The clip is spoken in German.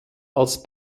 als